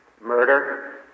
murder